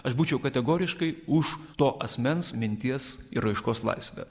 aš būčiau kategoriškai už to asmens minties ir raiškos laisvę